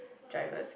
drivers